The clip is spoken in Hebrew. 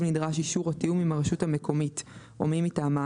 נדרש אישור או תיאום עם הרשות המקומית או מי מטעמה,